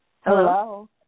Hello